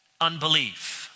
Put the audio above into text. unbelief